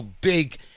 big